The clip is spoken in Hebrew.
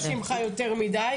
אני לא מבקשת ממך יותר מידי.